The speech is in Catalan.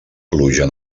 pluja